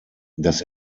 das